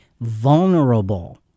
vulnerable